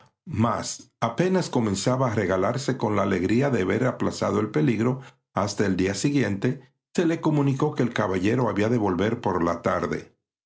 mas apenas comenzaba a regalarse con la alegría de ver aplazado el peligro hasta el día siguiente se le comunicó que el caballero había de volver por la tarde